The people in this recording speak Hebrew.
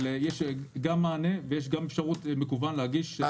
אבל יש גם מענה וגם אפשרות להגיש תלונה מקוונת.